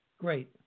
Great